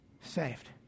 saved